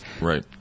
Right